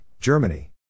Germany